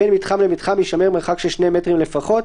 בין מתחם למתחם יישמר מרחק של 2 מטרים לפחות,